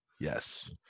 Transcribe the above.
Yes